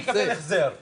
אתה לא תקבל החזר.